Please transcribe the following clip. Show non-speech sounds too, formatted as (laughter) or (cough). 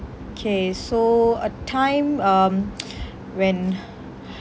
K so a time um (noise) when (breath)